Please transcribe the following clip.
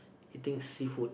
eating seafood